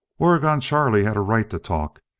oregon charlie had a right to talk.